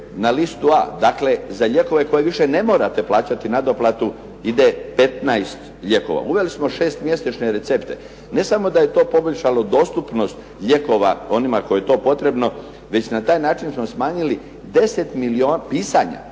na listu a, dakle za lijekove koje više ne morate plaćati nadoplatu ide 15 lijekova. Uveli smo 6 mjesečne recepte. Ne samo da je to poboljšalo dostupnost lijekova onima kojima je to potrebno, već na taj način smo smanjili pisanja